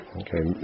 okay